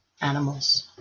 animals